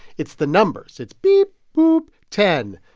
it's the numbers. it's beep, boop. ten,